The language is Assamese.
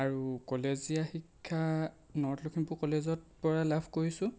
আৰু কলেজীয়া শিক্ষা নৰ্থ লখিমপুৰ কলেজত পৰা লাভ কৰিছোঁ